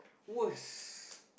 was